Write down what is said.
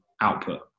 output